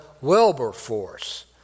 Wilberforce